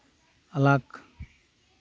ᱟᱞᱟᱠ